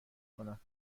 کنم